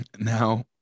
Now